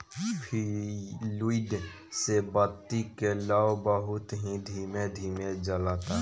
fluid से बत्ती के लौं बहुत ही धीमे धीमे जलता